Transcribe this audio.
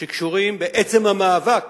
שקשורים בעצם המאבק